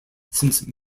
since